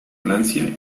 francia